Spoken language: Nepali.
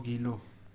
अघिलो